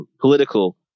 political